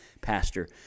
pastor